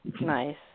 Nice